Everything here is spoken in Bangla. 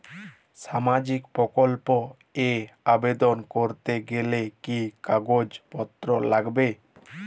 সামাজিক প্রকল্প এ আবেদন করতে গেলে কি কাগজ পত্র লাগবে?